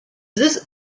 this